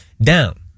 down